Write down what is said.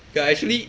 K lah actually